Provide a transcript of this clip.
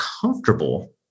comfortable